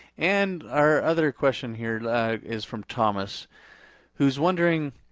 and our other question here like is from thomas who's wondering,